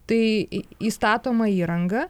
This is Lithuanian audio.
tai įstatoma įranga